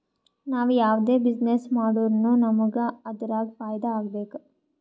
ನಾವ್ ಯಾವ್ದೇ ಬಿಸಿನ್ನೆಸ್ ಮಾಡುರ್ನು ನಮುಗ್ ಅದುರಾಗ್ ಫೈದಾ ಆಗ್ಬೇಕ